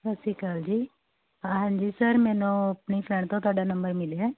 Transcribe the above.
ਸਤਿ ਸ਼੍ਰੀ ਅਕਾਲ ਜੀ ਹਾਂਜੀ ਸਰ ਮੈਨੂੰ ਆਪਣੀ ਫਰੈਂਡ ਤੋਂ ਤੁਹਾਡਾ ਨੰਬਰ ਮਿਲਿਆ